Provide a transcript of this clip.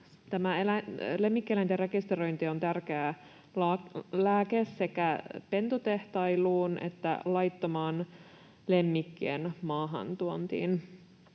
lemmikkieläinten rekisteröinti on tärkeä lääke sekä pentutehtailuun että laittomaan lemmikkien maahantuontiin.